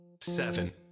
seven